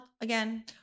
again